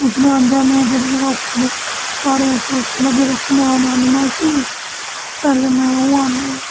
उद्धरा आंदा में जेहड़ा जेहड़ा उपर प्हाडे़ं उप्पर जेहड़ा जेहड़ा समान आह्नना सी पैहलें में ओह् आह्नेआ